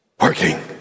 working